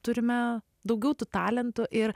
turime daugiau tų talentų ir